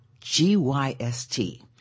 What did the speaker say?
G-Y-S-T